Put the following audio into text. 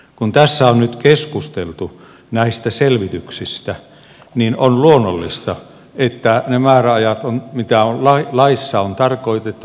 kun tässä on nyt keskusteltu näistä selvityksistä niin on luonnollista että ne määräajat mitä laissa on on tarkoitettu noudatettaviksi